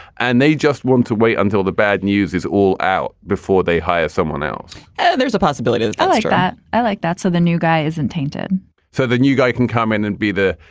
and they just want to wait until the bad news is all out before they hire someone else there's a possibility. i like that i like that. so the new guy is untainted so the new guy can come in and be the,